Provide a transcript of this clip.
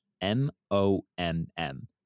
M-O-M-M